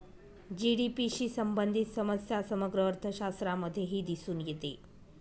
GDP शी संबंधित समस्या समग्र अर्थशास्त्रामध्येही दिसून येते